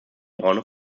braune